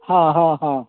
हँ हँ हँ